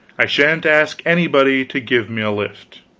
i sha'n't ask anybody to give me a lift.